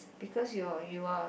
because you're you are